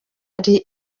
ari